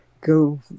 go